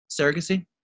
surrogacy